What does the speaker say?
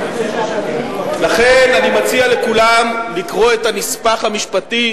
לכן אני מציע לכולם לקרוא את הנספח המשפטי